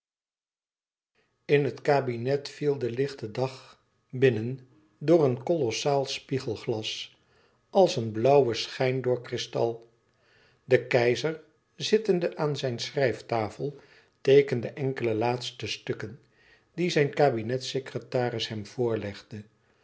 in het kabinet viel de lichte dag binnen door een kolossaal spiegelglas als een blauwe schijn door kristal de keizer zittende aan zijne schrijftafel teekende enkele laatste stukken die zijn kabinetssecretaris hem